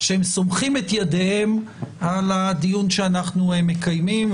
סומכים את ידיהם על הדיון שאנחנו מקיימים,